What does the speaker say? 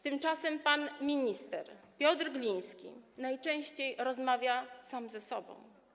Tymczasem pan minister Piotr Gliński najczęściej rozmawia sam ze sobą.